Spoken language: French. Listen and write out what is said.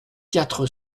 quatre